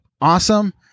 awesome